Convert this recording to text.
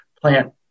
plant